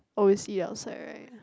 always eat outside right